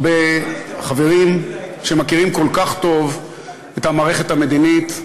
הרבה חברים שמכירים כל כך טוב את המערכת המדינית,